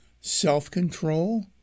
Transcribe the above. self-control